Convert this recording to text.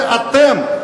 זה אתם,